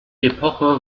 epoche